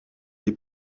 des